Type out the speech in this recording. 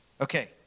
Okay